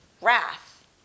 Wrath